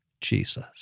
Jesus